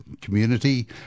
Community